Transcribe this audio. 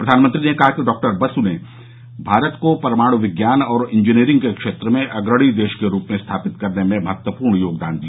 प्रधानमंत्री ने कहा कि डॉक्टर बसु ने भारत को परमाणु विज्ञान और इंजीनियरिंग के क्षेत्र में अग्रणी देश के रूप में स्थापित करने में महत्वपूर्ण योगदान दिया